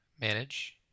Manage